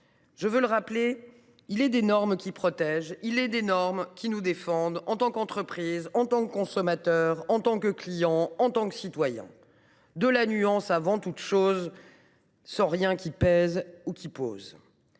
Je veux le rappeler, il est des normes qui protègent et nous défendent, en tant qu’entreprise, en tant que consommateur, en tant que client ou en tant que citoyen. De la nuance avant toute chose, sans rien qui pèse ou qui pose.